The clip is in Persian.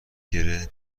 گـره